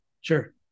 Sure